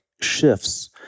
shifts